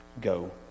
go